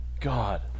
God